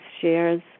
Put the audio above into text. shares